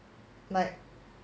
like